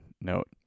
Note